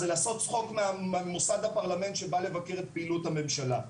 לעשות צחוק ממוסד הפרלמנט שבא לבקר את פעילות הממשלה.